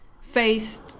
faced